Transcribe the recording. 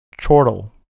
Chortle